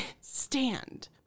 stand